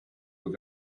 were